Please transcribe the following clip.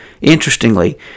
interestingly